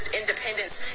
independence